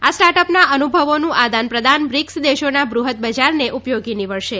આ સ્ટાર્ટ અપના અનુભવોનું આદાનપ્રદાન બ્રિક્સ દેશોના બૃહ્દ બજારને ઉપયોગી નિવડશે